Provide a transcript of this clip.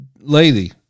lady